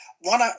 One